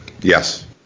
Yes